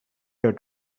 here